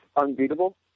unbeatable